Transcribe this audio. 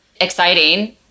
exciting